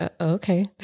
okay